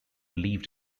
lived